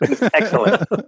Excellent